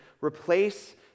replace